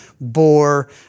bore